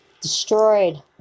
destroyed